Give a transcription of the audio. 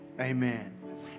Amen